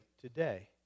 today